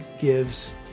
gives